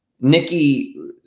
Nikki